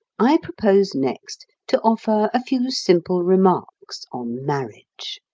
i propose next to offer a few simple remarks on marriage.